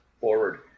forward